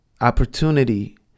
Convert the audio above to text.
opportunity